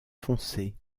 foncé